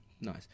Nice